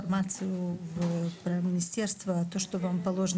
שהם עסקו בספורט תחרותי בגיל צעיר בברית